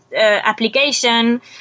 application